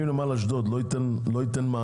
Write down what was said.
אם נמל אשדוד לא ייתן מענה,